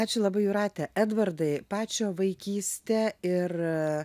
ačiū labai jūrate edvardai pačio vaikystė ir